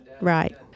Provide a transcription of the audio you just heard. right